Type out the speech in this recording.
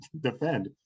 defend